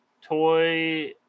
Toy